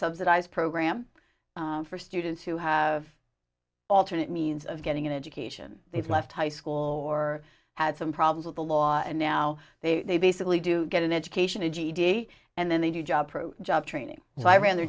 subsidized program for students who have alternate means of getting an education they've left high school or had some problems with the law and now they basically do get an education a ged and then they do jobs job training so i ran the